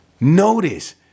notice